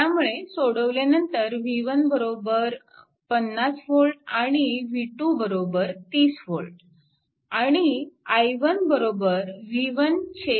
त्यामुळे सोडवल्यानंतर v1 50V आणि v2 30 V आणि i1 v1 5